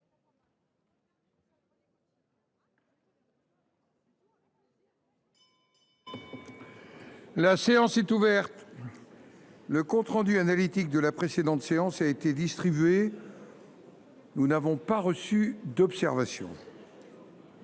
La séance est ouverte. Le compte rendu analytique de la précédente séance a été distribué. Il n’y a pas d’observation